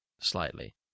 slightly